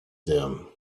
them